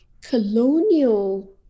colonial